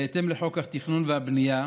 בהתאם לחוק התכנון והבנייה,